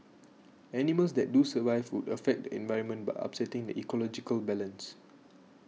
animals that do survive would affect the environment by upsetting the ecological balance